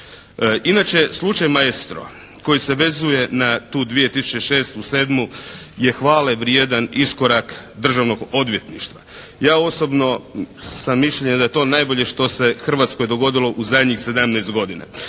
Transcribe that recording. Inače, slučaj "maestro" koji se vezuje na tu 2006., 2007. je hvale vrijedan iskorak Državnog odvjetništva. Ja osobno sam mišljenja da je to najbolje što se Hrvatskoj dogodilo u zadnjih sedamnaest